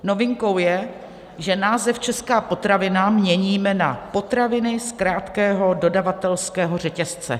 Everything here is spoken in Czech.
Novinkou je, že název česká potravina měníme na potraviny z krátkého dodavatelského řetězce.